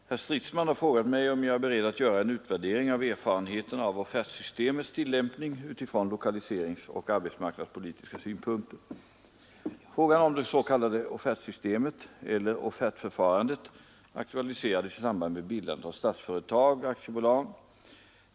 Herr talman! Herr Stridsman har frågat mig om jag är beredd att göra en utvärdering av erfarenheterna av offertsystemets tillämpning utifrån lokaliseringsoch arbetsmarknadspolitiska synpunkter. Frågan om det s.k. offertsystemet eller offertförfarandet aktualiserades i samband med bildandet av Statsföretag AB.